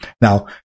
Now